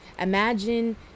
Imagine